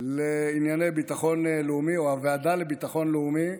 לענייני ביטחון לאומי או הוועדה לביטחון לאומי,